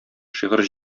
шигырь